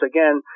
Again